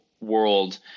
world